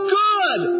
good